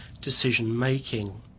decision-making